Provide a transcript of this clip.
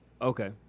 Okay